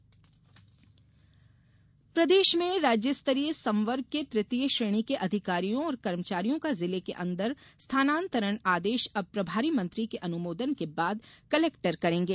स्थानांतरण प्रदेश में राज्य स्तरीय संवर्ग के तृतीय श्रेणी के अधिकारियों और कर्मचारियों का जिले के अन्दर स्थानान्तरण आदेश अब प्रभारी मंत्री के अनुमोदन के बाद कलेक्टर करेंगे